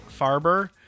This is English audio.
Farber